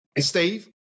Steve